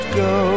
go